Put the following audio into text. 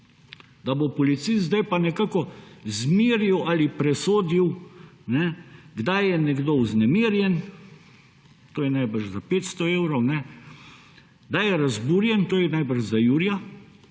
da bo policist zdaj pa nekako izmeril ali presodil, kdaj je nekdo vznemirjen – to je najbrž za 500 evrov –, kdaj je razburjen – to je najbrž za jurja,